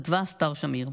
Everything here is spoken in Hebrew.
כתבה אסתר שמיר: